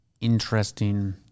interesting